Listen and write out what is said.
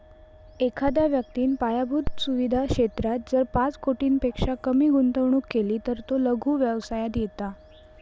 एखाद्या व्यक्तिन पायाभुत सुवीधा क्षेत्रात जर पाच कोटींपेक्षा कमी गुंतवणूक केली तर तो लघु व्यवसायात येता